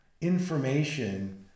information